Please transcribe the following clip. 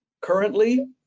Currently